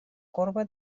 corba